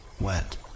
wet